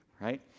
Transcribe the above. right